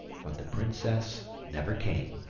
but the princess never came.